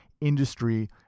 industry